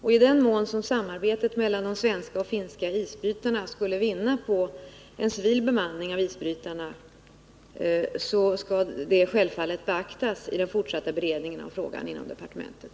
I den mån samarbetet mellan de svenska och finska isbrytarledningarna skulle vinna på en civil bemanning av de svenska isbrytarna skall det självfallet beaktas i den fortsatta beredningen av frågan inom departementet.